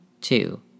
Two